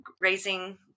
raising